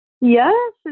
Yes